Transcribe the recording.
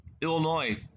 Illinois